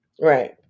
Right